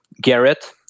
Garrett